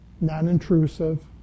non-intrusive